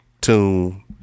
tune